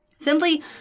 Simply